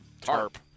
Tarp